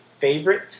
Favorite